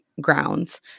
grounds